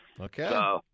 Okay